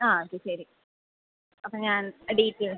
ആ അത് ശരി അപ്പോൾ ഞാൻ ഡീറ്റെയിൽസ്